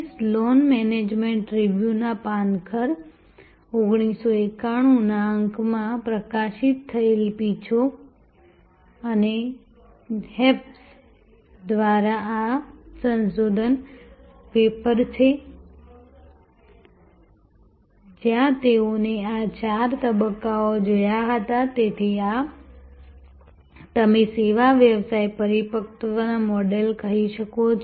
Sloan management રિવ્યુના પાનખર 1991ના અંકમાં પ્રકાશિત થયેલ પીછો અને હેય્સ દ્વારા આ સંશોધન પેપર છે જ્યાં તેઓએ આ ચાર તબક્કાને જોયા હતા તેથી આ તમે સેવા વ્યવસાય પરિપક્વતા મોડેલ કહી શકો છો